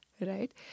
right